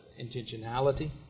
intentionality